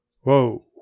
whoa